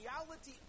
reality